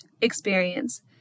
experience